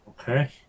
Okay